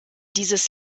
dieses